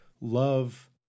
love